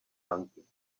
banky